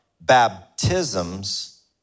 baptisms